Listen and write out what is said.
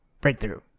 Breakthrough